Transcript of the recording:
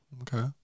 Okay